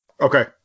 Okay